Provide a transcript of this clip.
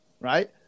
right